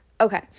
okay